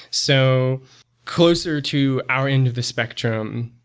so closer to our end of the spectrum,